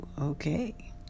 okay